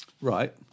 right